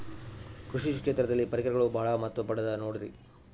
ಕೃಷಿ ಕ್ಷೇತ್ರದಲ್ಲಿ ಪರಿಕರಗಳು ಬಹಳ ಮಹತ್ವ ಪಡೆದ ನೋಡ್ರಿ?